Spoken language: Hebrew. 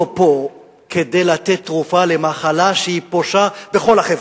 לפה כדי לתת תרופה למחלה שפושה בכל החברה.